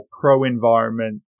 pro-environment